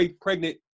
pregnant